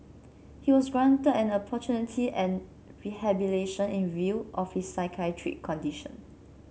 he was granted an opportunity at rehabilitation in view of his psychiatric condition